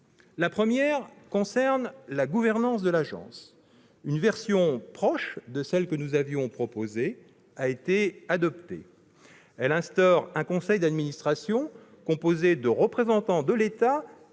La première concerne la gouvernance de l'agence. Une version proche de celle que nous avions proposée a été adoptée. Elle instaure un conseil d'administration composé de représentants de l'État